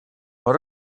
what